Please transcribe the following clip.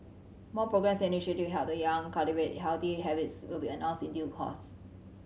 more programmes and initiative to help the young cultivate healthy habits will be announced in due course